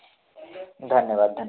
धन्यवाद धन्य